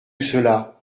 cela